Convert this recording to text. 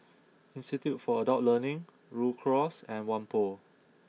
institute for Adult Learning Rhu Cross and Whampoa